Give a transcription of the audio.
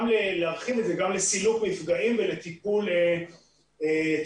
להרחיב את זה גם לסילוק מפגעים ולטיפול שוטף.